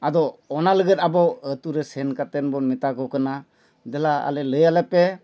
ᱟᱫᱚ ᱚᱱᱟ ᱞᱟᱹᱜᱤᱫ ᱟᱵᱚ ᱟᱛᱳ ᱨᱮ ᱥᱮᱱ ᱠᱟᱛᱮᱫ ᱵᱚᱱ ᱢᱮᱛᱟ ᱠᱚ ᱠᱟᱱᱟ ᱫᱮᱞᱟ ᱟᱞᱮ ᱞᱟᱹᱭᱟᱞᱮᱯᱮ